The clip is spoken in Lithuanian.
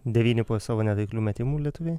devyni po savo netaiklių metimų lietuviai